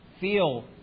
feel